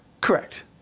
Correct